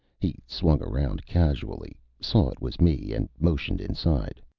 he swung around casually, saw it was me, and motioned inside.